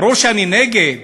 ברור שאני נגד,